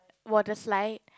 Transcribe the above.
water slide